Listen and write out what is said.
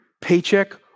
paycheck